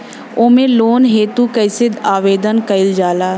Home loan हेतु कइसे आवेदन कइल जाला?